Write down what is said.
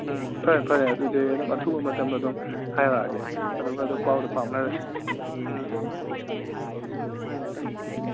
ꯎꯝ ꯐꯔꯦ ꯐꯔꯦ ꯑꯗꯨꯗꯤ ꯑꯩ ꯑꯗꯨꯝ ꯑꯊꯨꯕ ꯃꯇꯝ ꯑꯗꯨꯝ ꯍꯥꯏꯔꯛꯑꯒꯦ ꯑꯗꯨꯒ ꯑꯗꯨꯝ ꯄꯥꯎꯗꯨ ꯐꯥꯎꯅꯔꯁꯤ ꯎꯝ ꯎꯝ ꯎꯝ ꯊꯝꯃꯦ